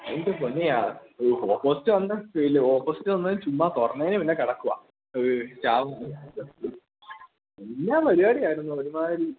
എൻ്റെ പൊന്നേ ആ ഓപ്പോസിറ്റ് വന്നവൻ ചുമ്മാ തുടങ്ങുന്നതിന് മുന്നേ കിടക്കുകയാണ് പരിപാടിയായിരുന്നു ഒരുമാതിരി